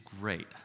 great